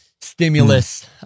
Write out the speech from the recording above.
stimulus